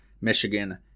Michigan